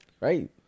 right